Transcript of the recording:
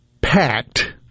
Packed